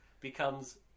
becomes